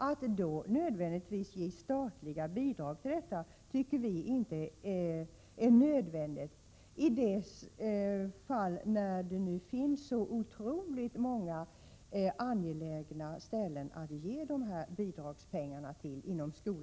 Att då ge statliga bidrag till detta tycker vi inte är nödvändigt, speciellt som det finns så oerhört många angelägna ändamål inom skolans område att ge dessa bidragspengar till.